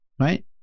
Right